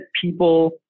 people